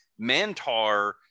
Mantar